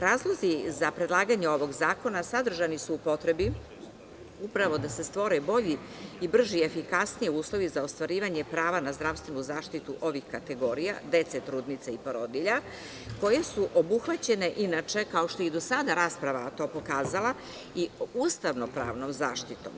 Razlozi za predlaganje ovog zakona sadržani su u potrebi upravo da se stvore bolji, brži i efikasniji uslovi za ostvarivanje prava na zdravstvenu zaštitu ovih kategorija, dece, trudnica i porodilja, koje su obuhvaćene, inače, kao što je i do sada rasprava to pokazala, i ustavno-pravnom zaštitom.